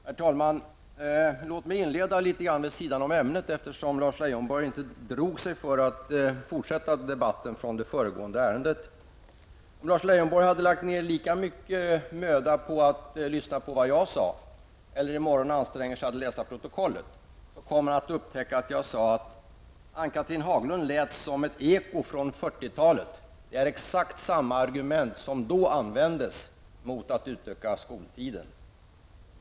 Herr talman! Låt mig inleda vid sidan av ämnet, eftersom Lars Leijonborg inte drog sig för att fortsätta debatten från det föregående ärendet. Om Lars Leijonborg hade lagt ner lika mycket möda på att lyssna på vad jag sade, eller i morgon anstränger sig att läsa protokollet, kommer han att upptäcka att jag sade att Ann-Cathrine Haglund lät som ett eko från 40-talet. Det är exakt samma argument som då användes mot att utöka skoltiden.